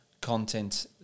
content